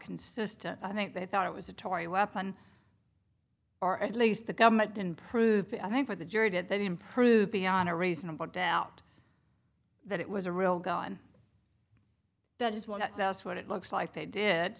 consistent i think they thought it was a tory weapon or at least the government didn't prove it i think for the jury did they didn't prove beyond a reasonable doubt that it was a real gun that just want to tell us what it looks like they did